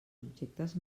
objectes